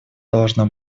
должно